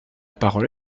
parole